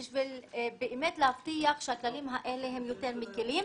בשביל באמת להבטיח שהכללים האלה הם יותר מקלים?